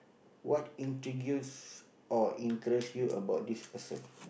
what intrigues or interest you about this person